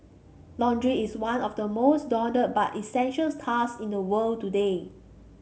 laundry is one of the most daunted but essential task in the world today